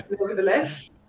nevertheless